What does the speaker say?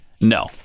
No